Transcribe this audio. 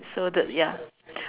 so the ya